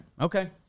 okay